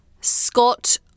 Scott